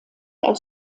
als